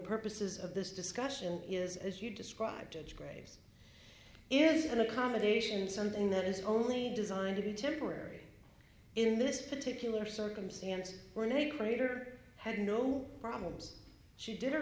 purposes of this discussion is as you described judge graves is an accommodation something that is only designed to be temporary in this particular circumstance we're in a crater had no problems she did her